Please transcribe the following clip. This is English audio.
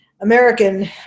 American